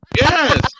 yes